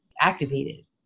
activated